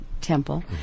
Temple